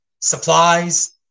supplies